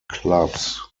clubs